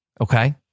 Okay